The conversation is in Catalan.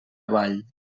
avall